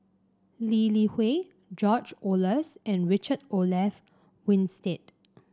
Lee Li Hui George Oehlers and Richard Olaf Winstedt